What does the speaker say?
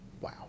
Wow